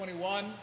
21